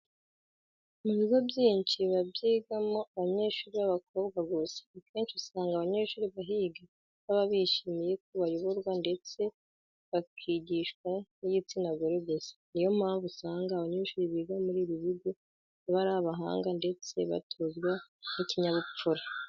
Mu bigo byinshi biba byigamo abanyeshuri b'ababobwa gusa, akenshi usanga abanyeshuri bahiga baba bishimiye ko bayoborwa ndetse bakigishwa n'igitsina gore gusa. Niyo mpamvu usanga abanyeshuri biga muri ibi bigo baba ari abahanga ndetse batozwa n'ikinyabupfura.